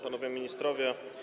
Panowie Ministrowie!